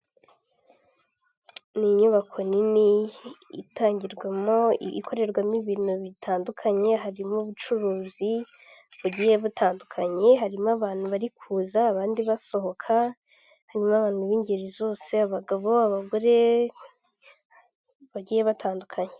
Ni inyubako nini itangirwamo ikorerwamo ibintu bitandukanye harimo ubucuruzi bugiye butandukanye, harimo abantu bari kuza abandi basohoka, harimo abantu b'ingeri zose abagabo, abagore bagiye batandukanye.